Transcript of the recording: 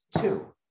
Two